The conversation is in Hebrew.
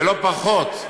ולא פחות,